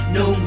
no